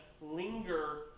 linger